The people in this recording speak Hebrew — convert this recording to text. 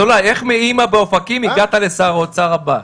אזולאי, איך מאם באופקים הגעת לשר האוצר הבא?